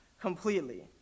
completely